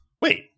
Wait